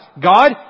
God